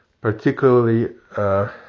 particularly